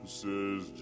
says